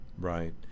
Right